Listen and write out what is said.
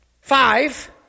Five